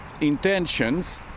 intentions